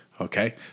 Okay